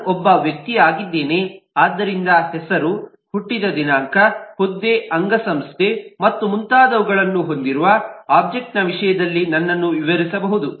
ನಾನು ಒಬ್ಬ ವ್ಯಕ್ತಿಯಾಗಿದ್ದೇನೆ ಆದ್ದರಿಂದ ಹೆಸರು ಹುಟ್ಟಿದ ದಿನಾಂಕ ಹುದ್ದೆ ಅಂಗಸಂಸ್ಥೆ ಮತ್ತು ಮುಂತಾದವುಗಳನ್ನು ಹೊಂದಿರುವ ಒಬ್ಜೆಕ್ಟ್ನ ವಿಷಯದಲ್ಲಿ ನನ್ನನ್ನು ವಿವರಿಸಬಹುದು